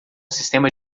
sistema